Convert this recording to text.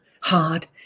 hard